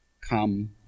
come